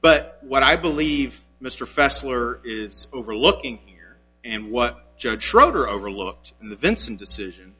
but what i believe mr fessler is overlooking here and what judge schroeder overlooked in the vinson decision